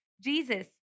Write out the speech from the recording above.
Jesus